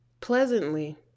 pleasantly